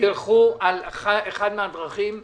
תלכו על אחת מהדרכים שהצגתם.